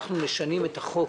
אנחנו משנים את החוק